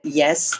yes